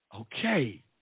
Okay